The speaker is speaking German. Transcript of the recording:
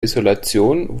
isolation